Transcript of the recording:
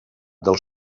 dels